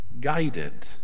guided